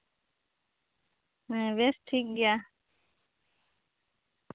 ᱦᱮᱸ ᱵᱮᱥ ᱴᱷᱤᱠᱜᱮᱭᱟ